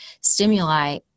stimuli